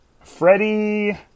Freddie